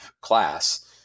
class